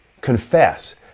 confess